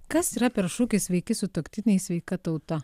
kas yra per šūkis sveiki sutuoktiniai sveika tauta